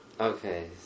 Okay